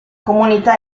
comunità